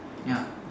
ya